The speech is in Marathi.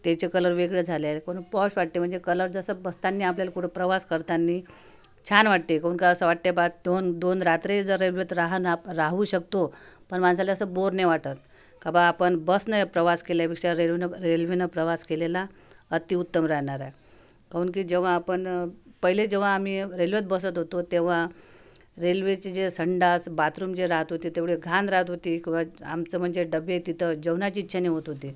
त्याचे कलर वेगळे झाले पण पॉश वाटते म्हणजे कलर जसं बसताना आपल्याला कुठं प्रवास करताना छान वाटते काहून का असं वाटते बा दोन दोन रात्री जर रेल्वेत रहान आप राहू शकतो पण माणसाला असं बोर नाही वाटत का बा आपण बसने प्रवास केल्यापेक्षा रेल्वेनं रेल्वेनं प्रवास केलेला अतिउत्तम राहणार आहे काहून की जेव्हा आपण पहिले जेव्हा आम्ही रेल्वेत बसत होतो तेव्हा रेल्वेचे जे संडास बाथरूम जे राहत होते तेवढे घाण राहत होते की बा आमचं म्हणजे डबे तिथं जेवणाची इच्छा नय होत होती